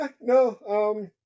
No